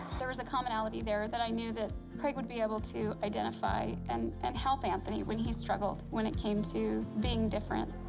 there was a commonality there that i knew that craig would be able to identify and and help anthony when he struggled when it came to being different.